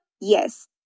Yes